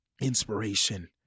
inspiration